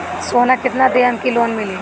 सोना कितना देहम की लोन मिली?